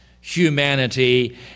humanity